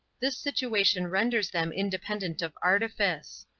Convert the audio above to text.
this situation renders them independent of artifice.